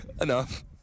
Enough